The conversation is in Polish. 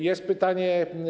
Jest pytanie.